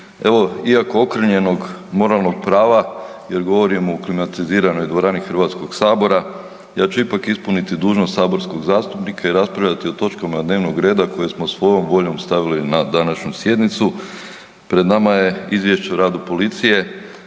iako okrnjenog moralnog prava jer govorimo u klimatiziranoj dvorani HS-a, ja ću ipak ispuniti dužnost saborskog zastupnika i raspravljati o točkama dnevnog reda koji smo svojom voljom stavili na današnju sjednicu. Pred nama je Izvješće o radu policije